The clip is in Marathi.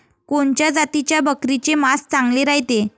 कोनच्या जातीच्या बकरीचे मांस चांगले रायते?